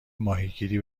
ماهیگیری